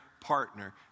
partner